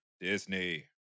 Disney